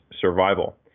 survival